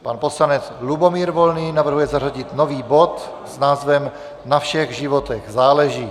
Pan poslanec Lubomír Volný navrhuje zařadit nový bod s názvem Na všech životech záleží.